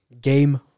game